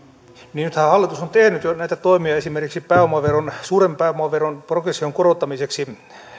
nythän hallitus on tehnyt jo näitä toimia esimerkiksi suuren pääomaveron progression korottamiseksi